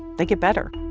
they get better.